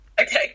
Okay